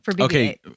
Okay